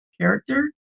character